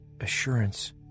assurance